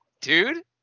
Dude